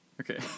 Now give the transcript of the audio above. Okay